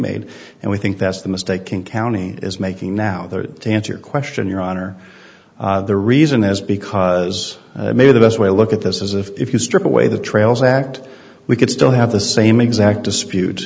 made and we think that's the mistake king county is making now that to answer your question your honor the reason is because i may the best way to look at this is if you strip away the trails act we could still have the same exact dispute